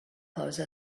close